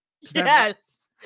Yes